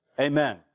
Amen